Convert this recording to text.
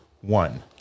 one